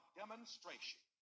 demonstration